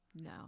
No